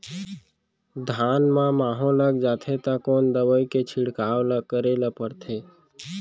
धान म माहो लग जाथे त कोन दवई के छिड़काव ल करे ल पड़थे?